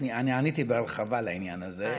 אני עניתי בהרחבה בעניין הזה.